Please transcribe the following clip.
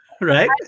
Right